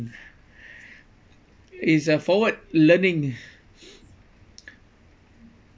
it's uh forward learning